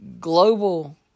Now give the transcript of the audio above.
global